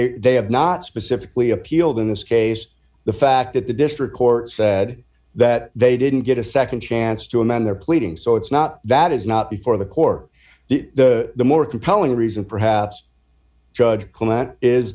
they they have not specifically appealed in this case the fact that the district court said that they didn't get a nd chance to amend their pleadings so it's not that is not before the core the the the more compelling reason perhaps judge